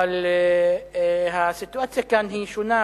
אבל הסיטואציה כאן היא שונה,